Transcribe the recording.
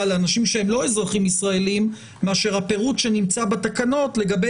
לאנשים שהם לא אזרחים ישראלים מאשר הפירוט שנמצא בתקנות לגבי